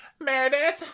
Meredith